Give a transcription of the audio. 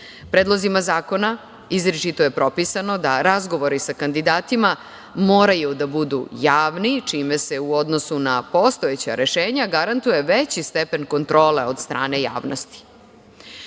zakona izričito je propisano da razgovori sa kandidatima moraju da budu javni, čime se u odnosu na postojeća rešenja garantuje veći stepen kontrole od strane javnosti. Drugo,